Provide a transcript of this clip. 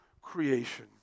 creation